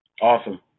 Awesome